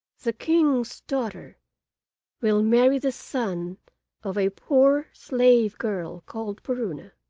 the king's daughter will marry the son of a poor slave-girl called puruna,